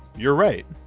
you're right.